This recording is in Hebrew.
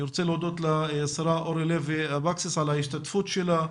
אני רוצה להודות לשרה אורלי לוי אבקסיס על ההשתתפות שלה.